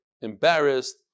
embarrassed